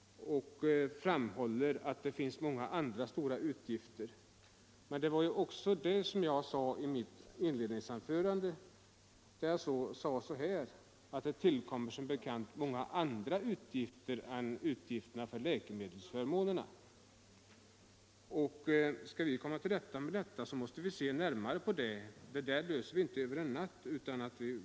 Han framhöll att det finns många andra stora utgifter, Ja, men det var just vad jag sade i mitt inledningsanförande, alltså att det tillkommer många andra utgifter än kostnaderna för läkemedel. Skall vi komma till rätta med detta måste vi se över problemet, och det gör vi inte över en natt.